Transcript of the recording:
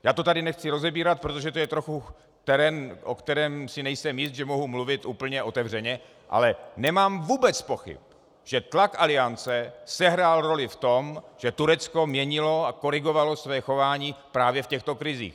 Já to tady nechci rozebírat, protože to je trochu terén, o kterém si nejsem jist, že mohu mluvit úplně otevřeně, ale nemám vůbec pochyb, že tlak Aliance sehrál roli v tom, že Turecko měnilo a korigovalo své chování právě v těchto krizích.